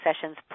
sessions